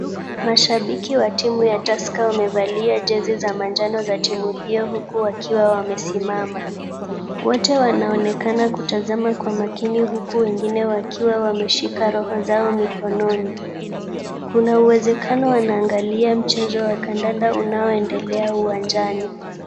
Mashabiki wa timu ya Tusker wamevalia jezi za manjano za timu hiyo huku wakiwa wamesimama. Wote wanaonekana kutazama kwa makini huku wengine wakiwa wameshika roho zao mikononi. Kuna uwezekano wanaangalia mchezo wa kandanda unaoendelea uwanjani.